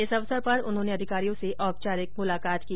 इस अवसर पर उन्होंने अधिकारियों से औपचारिक मुलाकात की